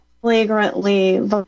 flagrantly